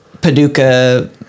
Paducah